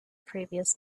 previous